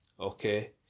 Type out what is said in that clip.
Okay